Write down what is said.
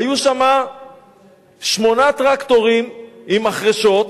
היו שם שמונה טרקטורים עם מחרשות,